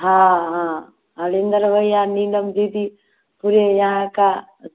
हाँ हाँ हरिन्द्र भैया नीलम दीदी पूरे यहाँ का